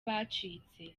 bacitse